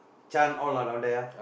chant all ah down there ah